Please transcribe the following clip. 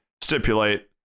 stipulate